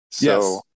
Yes